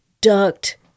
ducked